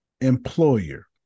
employer